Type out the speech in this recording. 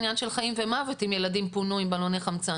עניין של חיים ומוות אם ילדים פונו עם בלוני חמצן.